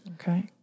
Okay